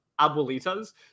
Abuelita's